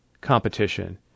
Competition